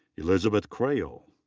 elizabeth crail.